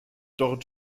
dort